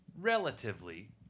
relatively